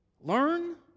learn